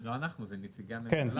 לא אנחנו אלא נציגי הממשלה.